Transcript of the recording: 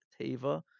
teva